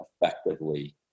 effectively